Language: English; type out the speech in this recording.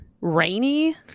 rainy